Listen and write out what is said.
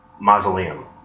Mausoleum